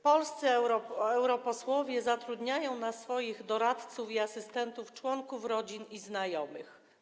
Polscy europosłowie zatrudniają jako swoich doradców i asystentów członków rodzin i znajomych.